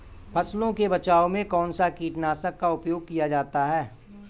फसलों के बचाव में कौनसा कीटनाशक का उपयोग किया जाता है?